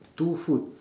two food